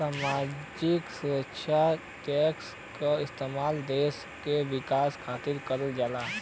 सामाजिक सुरक्षा टैक्स क इस्तेमाल देश के विकास खातिर करल जाला